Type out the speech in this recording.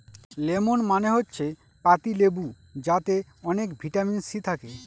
lemon মানে হচ্ছে পাতি লেবু যাতে অনেক ভিটামিন সি থাকে